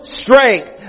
strength